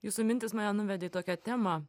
jūsų mintys mane nuvedė į tokią temą